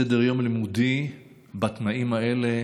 סדר-יום לימודי בתנאים האלה